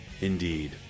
indeed